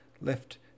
left